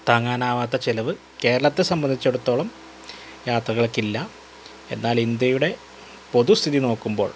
താങ്ങാനാവാത്ത ചിലവ് കേരളത്തെ സംബന്ധിച്ചെടുത്തോളം യാത്രകൾക്കില്ല എന്നാൽ ഇന്ത്യയുടെ പൊതു സ്ഥിതി നോക്കുമ്പോൾ